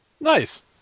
Nice